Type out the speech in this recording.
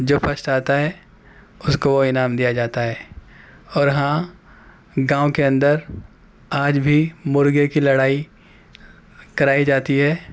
جو فسٹ آتا ہے اس کو وہ انعام دیا جاتا ہے اور ہاں گاؤں کے اندر آج بھی مرغے کی لڑائی کرائی جاتی ہے